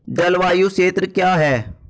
जलवायु क्षेत्र क्या है?